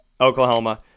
Oklahoma